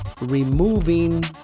removing